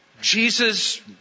Jesus